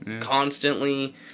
constantly